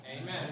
Amen